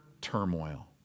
turmoil